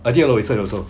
I think a lot 也是 also